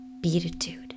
beatitude